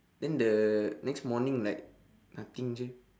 then the next morning like nothing jer